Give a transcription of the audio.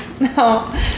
No